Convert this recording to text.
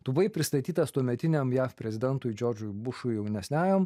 tu buvai pristatytas tuometiniam jav prezidentui džordžui bušui jaunesniajam